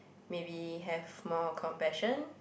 maybe have more compassion